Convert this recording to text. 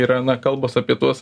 yra na kalbos apie tuos